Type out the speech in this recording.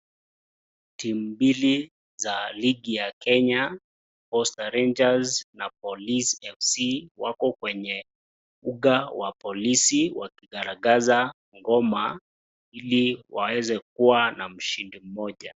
Timu mbili za ligi ya Kenya, Posta Rangers na Police Fc wako kwenye unga wa polisi wakigaragaza goma ili waeze kuwa na mshindi mmoja.